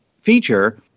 feature